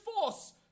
force